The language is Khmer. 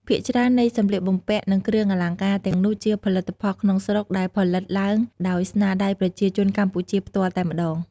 ភាគច្រើននៃសម្លៀកបំពាក់ និងគ្រឿងអលង្ការទាំងនោះជាផលិតផលក្នុងស្រុកដែលផលិតឡើងដោយស្នាដៃប្រជាជនកម្ពុជាផ្ទាល់តែម្តង។